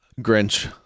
grinch